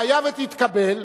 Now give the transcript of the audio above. והיה ותתקבל,